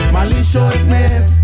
Maliciousness